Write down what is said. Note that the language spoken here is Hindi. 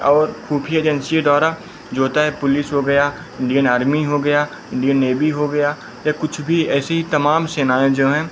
और ख़ूफिया एजेन्सियों द्वारा जो होता है पुलिस हो गया इंडियन आर्मी हो गया इंडियन नेबी हो गया या कुछ भी ऐसी तमाम सेनाएँ जो हैं